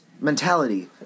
mentality